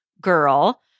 girl